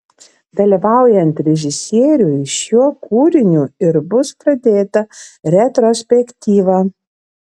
dalyvaujant režisieriui šiuo kūriniu ir bus pradėta retrospektyva